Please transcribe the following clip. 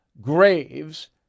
Graves